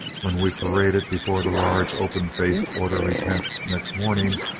when we paraded before the large open-faced orderly tent next morning,